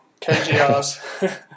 KGRs